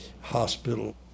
hospital